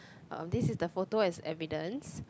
uh this is the photo as evidence